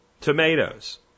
Tomatoes